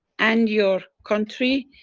and your country,